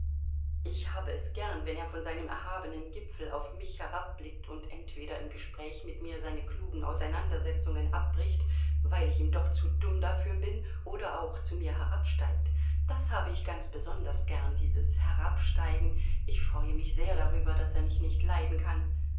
ich habe es gern wenn er von seinem erhabenen gipfel auf mich herabblickt und entweder im gespräch mit mir seine klugen auseinandersetzungen abbricht weil ich ihm doch zu dumm dafür bin oder auch zu mir herabsteigt das habe ich ganz besonders gern dieses herabsteigen ich freue mich sehr darüber daß er mich nicht leiden kann